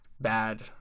Bad